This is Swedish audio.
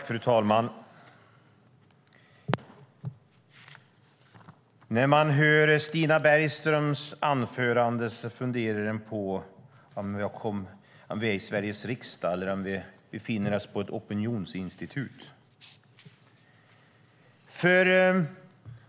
Fru talman! När jag lyssnar på Stina Bergströms anförande funderar jag på om vi är i Sveriges riksdag eller om vi befinner oss på ett opinionsinstitut.